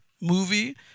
movie